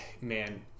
Man